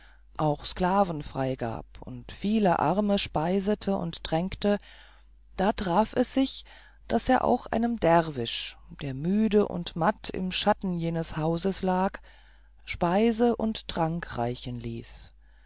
auch sklaven freigab und viele arme speisete und tränkte da traf es sich daß er auch einem derwisch der müde und matt im schatten jenes hauses lag speise und trank reichen ließ